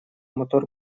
мотор